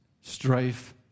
strife